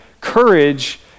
Courage